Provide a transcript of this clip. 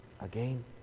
again